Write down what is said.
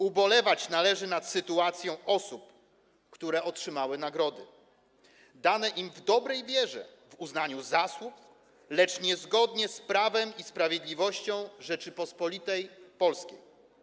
Ubolewać należy nad sytuacją osób, które otrzymały nagrody, dane im w dobrej wierze, w uznaniu zasług, lecz niezgodnie z prawem i sprawiedliwością Rzeczypospolitej Polskiej.